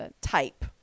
type